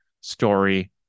story